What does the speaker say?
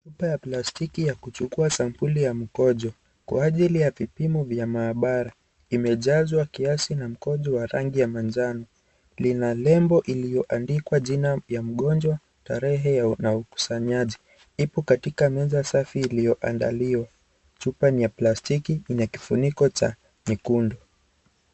Chupa ya plastiki ya kuchukua sampuli ya mkojo, kwa ajili ya vipimo vya maabara, imejazwa kiasi na mkojo wa rangi ya manjano, lina lembo iliyo andikwa jina ya mgojwa tarehe ya na ukusanyaji ipo katika meza safi ilio andaliwa, chupa ni ya plastiki ina kifuniko cha nyekundu.